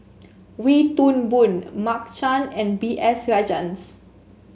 Wee Toon Boon Mark Chan and B S Rajhans